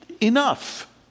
enough